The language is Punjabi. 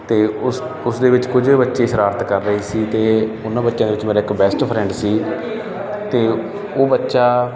ਅਤੇ ਉਸ ਉਸਦੇ ਵਿੱਚ ਕੁਝ ਬੱਚੇ ਸ਼ਰਾਰਤ ਕਰ ਰਹੇ ਸੀ ਅਤੇ ਉਹਨਾਂ ਬੱਚਿਆਂ ਦੇ ਵਿੱਚ ਮੇਰਾ ਇੱਕ ਬੈਸਟ ਫਰੈਂਡ ਸੀ ਅਤੇ ਉਹ ਬੱਚਾ